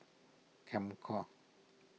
Comcare